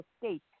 state